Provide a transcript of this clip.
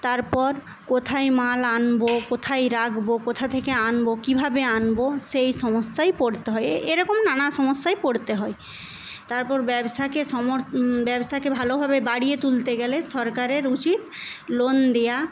তারপর কোথায় মাল আনবো কোথায় রাখবো কোথা থেকে আনব কিভাবে আনবো সেই সমস্যায় পরতে হয় এরকম নানা সমস্যায় পরতে হয় তারপর ব্যবসাকে ব্যবসাকে ভালোভাবে বাড়িয়ে তুলতে গেলে সরকারের উচিৎ লোন দেওয়া